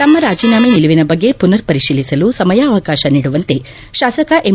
ತಮ್ಮ ರಾಜೀನಾಮೆ ನಿಲುವಿನ ಬಗ್ಗೆ ಪುನರ್ ಪರಿಶೀಲಿಸಲು ಸಮಯಾವಕಾಶ ನೀಡುವಂತೆ ಶಾಸಕ ಎಂ